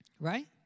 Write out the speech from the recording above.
Right